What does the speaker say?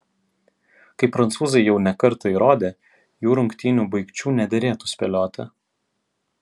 kaip prancūzai jau ne kartą įrodė jų rungtynių baigčių nederėtų spėlioti